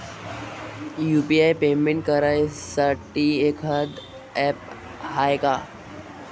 UPI payment करासाठी एखांद app हाय का?